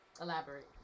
Elaborate